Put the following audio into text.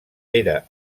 era